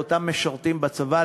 לאותם משרתים בצבא,